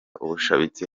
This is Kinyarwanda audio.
ubushabitsi